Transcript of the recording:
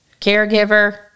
caregiver